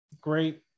great